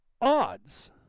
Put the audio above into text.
odds